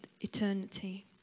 eternity